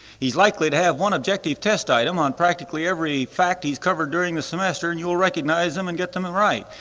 he's likely to have one objective test item on practically every fact he's covered during the semester and you will recognize them and get them and right.